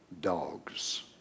dogs